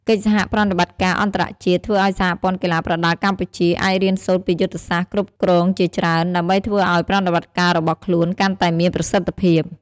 កិច្ចសហប្រតិបត្តិការអន្តរជាតិ ធ្វើឲ្យសហព័ន្ធកីឡាប្រដាល់កម្ពុជា អាចរៀនសូត្រពីយុទ្ធសាស្ត្រគ្រប់គ្រងជាច្រើន ដើម្បីធ្វើឲ្យប្រតិបត្តិការរបស់ខ្លួនកាន់តែមានប្រសិទ្ធភាព។